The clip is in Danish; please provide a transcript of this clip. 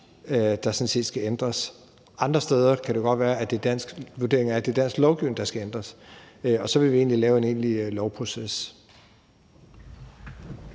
der sådan set skal ændres. Andre steder kan det godt være, at vurderingen er, at det er dansk lovgivning, der skal ændres, og så vil vi lave en egentlig lovproces.